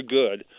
good